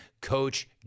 Coach